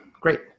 Great